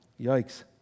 yikes